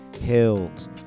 hills